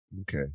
Okay